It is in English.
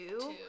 Two